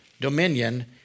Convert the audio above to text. dominion